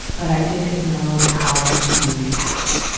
but i didn't know how to act.